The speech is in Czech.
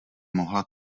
mohla